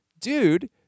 dude